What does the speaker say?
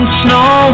snow